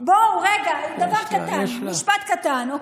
משפט קטן.